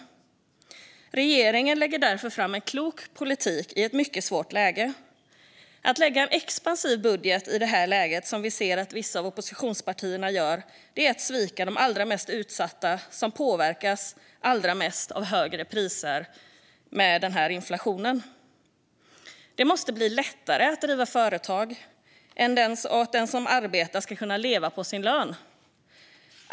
Regeringen lägger därför fram en klok politik i ett mycket svårt läge. Att lägga fram en expansiv budget i det här läget, som vi ser att vissa av oppositionspartierna gör, är att svika de allra mest utsatta som påverkas allra mest av högre priser med den här inflationen. Det måste bli lättare att driva företag, och den som arbetar ska kunna leva på sin lön.